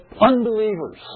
unbelievers